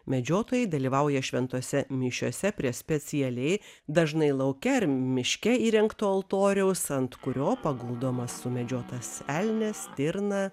medžiotojai dalyvauja šventose mišiose prie specialiai dažnai lauke ar miške įrengto altoriaus ant kurio paguldomas sumedžiotas elnias stirna